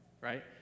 Right